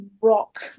rock